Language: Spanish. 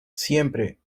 siempre